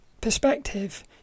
perspective